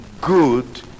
good